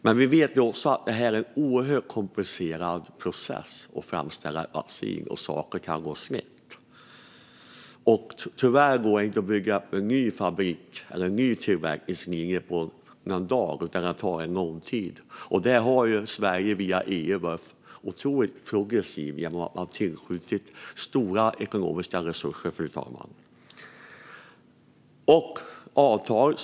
Men vi vet att det är en oerhört komplicerad process att framställa ett vaccin och att saker kan gå snett. Tyvärr går det inte att starta en ny tillverkningslinje på en dag, utan det tar lång tid. Här har Sverige via EU varit mycket progressivt genom att tillskjuta stora ekonomiska resurser.